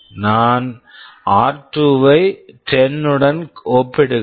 நான் ஆர்2 r2 ஐ 10 உடன் ஒப்பிடுகிறேன்